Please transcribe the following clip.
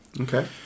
okay